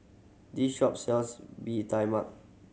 this shop sells Bee Tai Mak